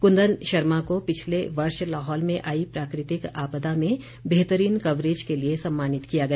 कुंदन शर्मा को पिछले वर्ष लाहौल में आई प्राकृतिक आपदा में बेहतरीन कवरेज के लिए सम्मानित किया गया